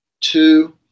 two